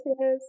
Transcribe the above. Yes